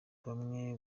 bamwe